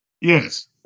Yes